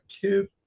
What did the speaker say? kids